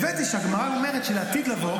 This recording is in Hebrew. הבאתי שהגמרא אומרת שלעתיד לבוא,